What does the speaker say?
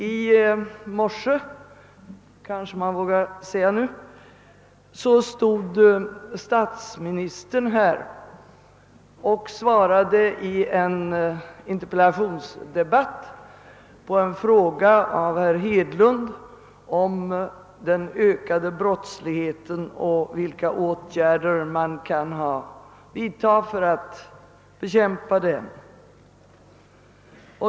I morse stod statsministern här och svarade i en interpellationsdebatt på en fråga av herr Hedlund om den ökade brottsligheten och vilka åtgärder man kan vidta för att bekämpa den.